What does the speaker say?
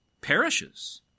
perishes